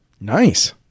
Nice